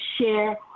share